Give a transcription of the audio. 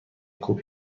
کپی